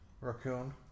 Raccoon